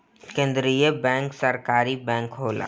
केंद्रीय बैंक सरकारी बैंक होला